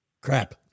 crap